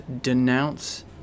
denounce